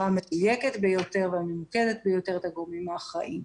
המדויקת ביותר והממוקדת ביותר את הגורמים האחראיים.